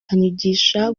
anyigisha